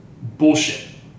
Bullshit